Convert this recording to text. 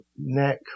neck